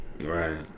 Right